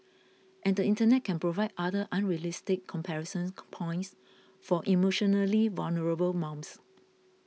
and the Internet can provide other unrealistic comparison points for emotionally vulnerable mums